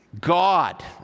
God